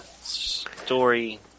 story